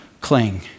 cling